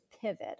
pivot